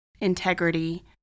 integrity